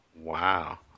Wow